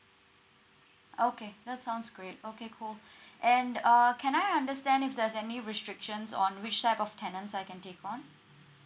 okay that sounds great okay cool and err can I understand if there's any restrictions on which type of tenants I can take on